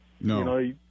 No